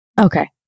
Okay